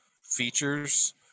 features